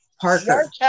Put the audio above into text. Parker